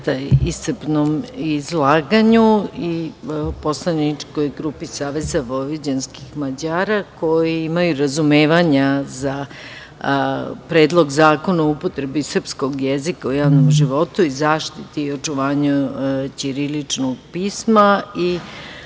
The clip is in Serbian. iscrpnom izlaganju i poslaničkoj grupi Saveza vojvođanskih Mađara, koji imaju razumevanja za Predlog zakona o upotrebi srpskog jezika u javnom životu i zaštiti i očuvanju ćiriličnog pisma,